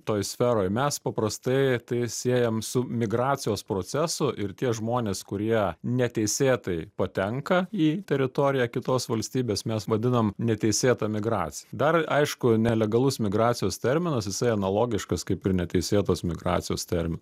toj sferoj mes paprastai tai siejam su migracijos procesu ir tie žmonės kurie neteisėtai patenka į teritoriją kitos valstybės mes vadinam neteisėta migrac dar aišku nelegalus migracijos terminas jisai analogiškas kaip ir neteisėtos migracijos termin